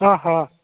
ହଁ ହଁ